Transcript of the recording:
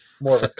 more